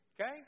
okay